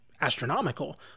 astronomical